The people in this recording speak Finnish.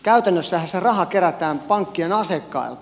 käytännössähän se raha kerätään pankkien asiakkailta